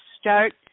start